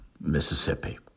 Mississippi